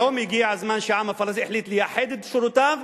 היום הגיע הזמן שהעם הפלסטיני החליט לאחד את שורותיו,